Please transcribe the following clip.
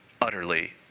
utterly